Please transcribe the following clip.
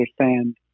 understand